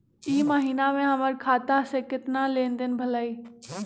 ई महीना में हमर खाता से केतना लेनदेन भेलइ?